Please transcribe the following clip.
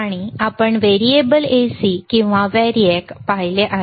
आणि आपण variable AC किंवा व्हेरिएक पाहिले आहे